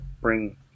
bring